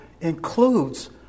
includes